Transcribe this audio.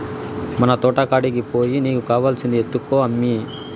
మన తోటకాడికి పోయి నీకు కావాల్సింది ఎత్తుకో అమ్మీ